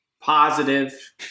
Positive